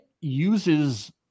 uses